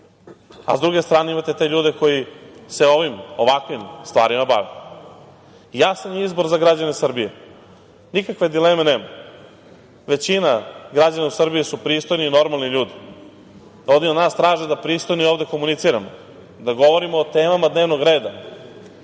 a sa druge strane, imate te ljude koji se ovim, ovakvim stvarima bave. Jasan je izbor za građane Srbije, nikakve dileme nema, većina građana u Srbiji su pristojni i normalni ljudi. Oni od nas traže da pristojno i ovde komuniciramo, da govorimo o temama dnevnog reda,